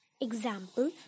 Example